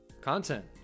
content